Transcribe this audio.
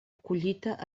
collita